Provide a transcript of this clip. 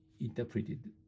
interpreted